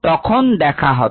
তখন দেখা হবে